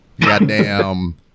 Goddamn